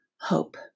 hope